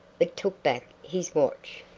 but took back his watch.